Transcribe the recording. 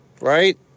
Right